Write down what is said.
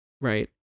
right